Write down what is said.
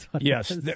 Yes